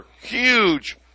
huge